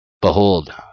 Behold